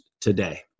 today